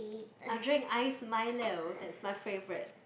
I'll drink ice Milo that's my favourite